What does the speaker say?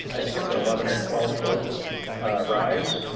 i think it's an eleven or twelve foot rise.